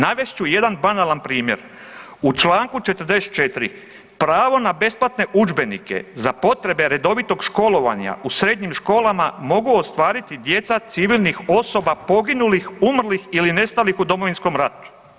Navest ću jedan banalan primjer u Članku 44. pravo na besplatne udžbenike za potrebe redovitog školovanja u srednjim školama mogu ostvariti djeca civilnih osoba poginulih, umrlih ili nestalih u Domovinskom ratu.